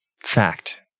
fact